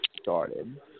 started